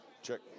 Check